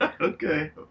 Okay